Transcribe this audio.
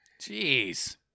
jeez